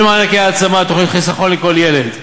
ולמענקי העצמה, תוכנית "חיסכון לכל ילד".